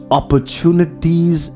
opportunities